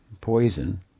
poison